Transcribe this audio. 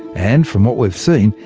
and from what we've seen,